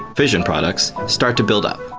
fission products start to build up.